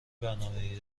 برنامهای